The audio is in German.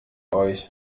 euch